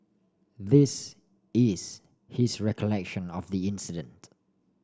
this is his recollection of the incident